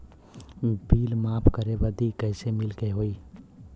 Bill माफ करे बदी कैसे मिले के होई?